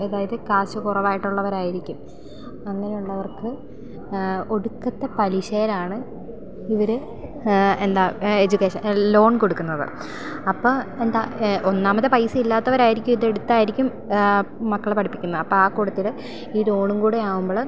അതായത് കാശ് കുറവായിട്ടുള്ളവരായിരിക്കും അങ്ങനെ ഉള്ളവർക്ക് ഒടുക്കത്തെ പലിശയിലാണ് ഇവര് എന്താ എജ്യൂക്കേഷൻ ലോൺ കൊടുക്കുന്നത് അപ്പം എന്താ ഒന്നാമത് പൈസയില്ലാത്തവരായിരിക്കും ഇതെടുത്ത് ആയിരിക്കും മക്കളെ പഠിപ്പിക്കുന്നത് അപ്പം ആ കൂടത്തിൽ ഈ ലോണും കൂടെ ആകുമ്പോള്